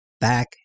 back